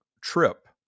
trip